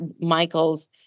Michael's